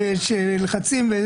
לגיטימי, ויש לחצים.